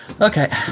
Okay